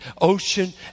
ocean